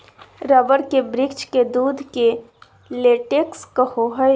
rubber के वृक्ष के दूध के लेटेक्स कहो हइ